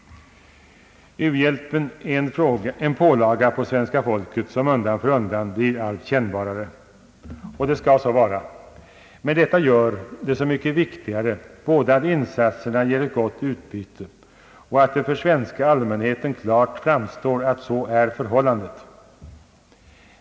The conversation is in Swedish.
U-hjälpen är en pålaga på svenska folket som undan för undan blir allt kännbarare. Och det skall så vara. Men detta gör det så mycket viktigare både att insatserna ger ett gott utbyte och att det för svenska allmänheten klart framstår att så är förhållandet.